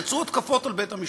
יצאו התקפות על בית-המשפט.